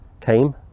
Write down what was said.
came